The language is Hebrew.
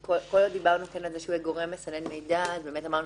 כל עוד דיברנו כאן על גורם מסנן מידע אמרנו